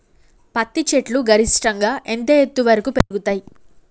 పత్తి చెట్లు గరిష్టంగా ఎంత ఎత్తు వరకు పెరుగుతయ్?